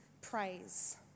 praise